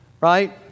Right